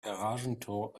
garagentor